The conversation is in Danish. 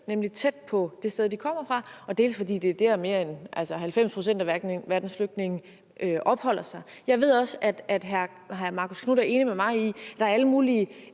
nemlig tæt på det sted, som de kommer fra, dels fordi det er der, 90 pct. af verdens flygtninge opholder sig. Jeg ved også, at hr. Marcus Knuth er enig med mig i, at der er alle mulige